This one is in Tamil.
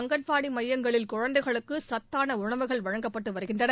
அங்கன்வாடி மையங்களில் குழந்தைகளுக்கு சத்தான உணவுகள் வழங்கப்பட்டு வருகின்றன